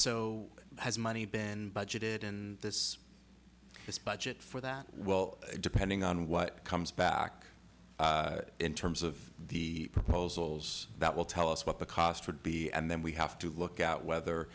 so has money been budgeted and this is budget for that well depending on what comes back in terms of the proposals that will tell us what the cost would be and then we have to look out whether